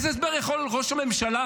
איזה הסבר יכול לתת ראש הממשלה,